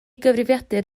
gyfrifiadur